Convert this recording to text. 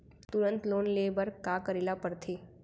तुरंत लोन ले बर का करे ला पढ़थे?